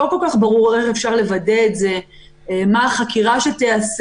לא כל כך ברור איך אפשר לוודא את זה ומה החקירה שתיעשה.